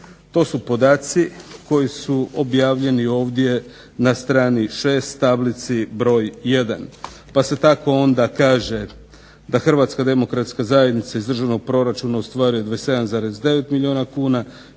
To su podaci koji su objavljeni ovdje na strani 6. tablici broj jedan. Pa se tako onda kaže da Hrvatska demokratska zajednica iz državnog proračuna ostvaruje 27,9 milijuna kuna,